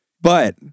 But-